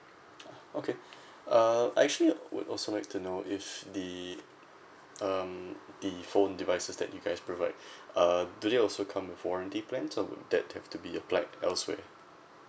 okay uh I actually would also like to know if the um the phone devices that you guys provide uh do they also come with warranty plan or would that have to be applied elsewhere